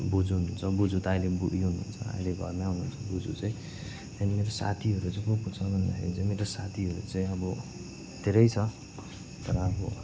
बोजू हुनुहुन्छ बोजू त अहिले बुढी हुनुहुन्छ अहिले घरमै हुनुहुन्छ बोजू चाहिँ त्यहाँदेखि मेरो साथीहरू चाहिँ को को छ भन्दाखेरि चाहिँ मेरो साथीहरू चाहिँ अब धेरै छ तर अब